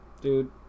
Dude